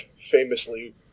famously